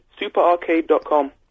superarcade.com